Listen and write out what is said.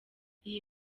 iyi